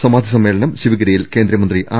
സമാധി സമ്മേളനം ശിവഗിരിയിൽ കേന്ദ്രമന്ത്രി ആർ